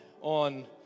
on